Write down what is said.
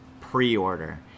pre-order